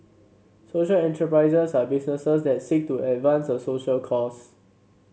social enterprises are businesses that seek to advance a social cause